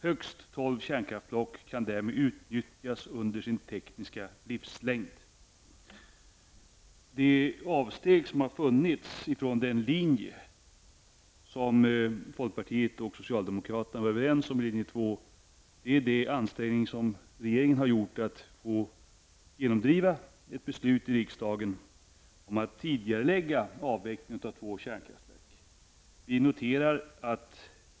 Högst tolv kärnkraftsblock kan därmed utnyttjas under sin tekniska livslängd --''. De avsteg som tagits från den linje som folkpartiet och socialdemokraterna var överens om i linje två, är de ansträngningar som regeringen har gjort för att genomdriva ett beslut i riksdagen om att tidigarelägga avvecklingen av två kärnkraftverk.